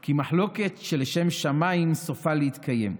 כי מחלוקת של שם שמיים סופה להתקיים,